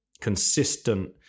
consistent